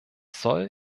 soll